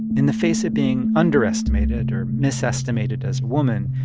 in the face of being underestimated or misestimated as a woman,